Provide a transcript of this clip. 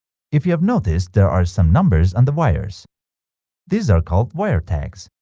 if you've noticed there are some numbers on the wires these are called wire tags